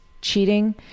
cheating